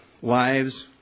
wives